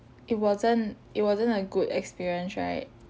it wasn't it wasn't a good experience right